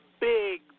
big